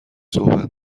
صحبت